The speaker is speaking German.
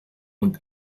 und